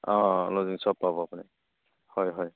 অঁ অঁ লজিং চব পাব আপুনি হয় হয়